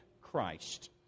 christ